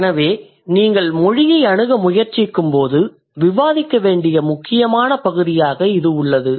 எனவே நீங்கள் மொழியை அணுக முயற்சிக்கும்போது விவாதிக்க வேண்டிய முக்கியமான பகுதியாக இது உள்ளது